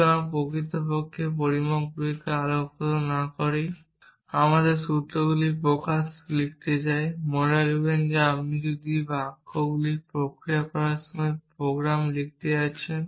সুতরাং আমরা প্রকৃতপক্ষে পরিমাপগুলিকে আলোকিত না করেই আমাদের সূত্রগুলি প্রকাশ করতে চাই কারণ মনে রাখবেন যে আপনি যদি এই বাক্যগুলি প্রক্রিয়া করার জন্য প্রোগ্রাম লিখতে যাচ্ছেন